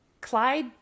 Clyde